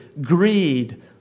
greed